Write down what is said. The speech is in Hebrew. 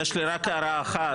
יש לי רק הערה אחת.